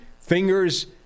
fingers